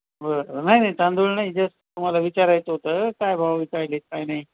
बरं नाही नाही तांदूळ नाही जस्ट तुम्हाला विचारायचं होतं काय भाव विकायला काय नाही